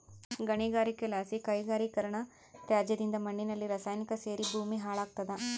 ಗಣಿಗಾರಿಕೆಲಾಸಿ ಕೈಗಾರಿಕೀಕರಣದತ್ಯಾಜ್ಯದಿಂದ ಮಣ್ಣಿನಲ್ಲಿ ರಾಸಾಯನಿಕ ಸೇರಿ ಭೂಮಿ ಹಾಳಾಗ್ತಾದ